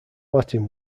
latin